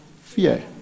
fear